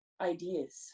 ideas